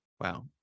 wow